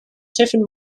tiffin